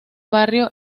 barrio